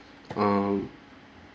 um